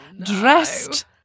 dressed